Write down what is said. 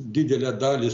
didelę dalį